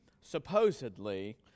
supposedly